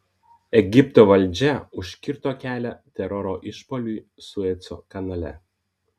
egipto valdžia užkirto kelią teroro išpuoliui sueco kanale